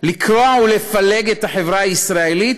לקרוע ולפלג את החברה הישראלית,